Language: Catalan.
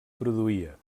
produïa